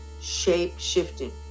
shape-shifting